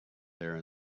there